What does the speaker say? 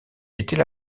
était